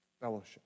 fellowship